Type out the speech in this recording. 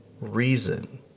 reason